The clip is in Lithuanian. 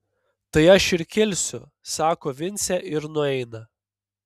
tai aš ir kilsiu sako vincė ir nueina